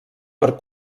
per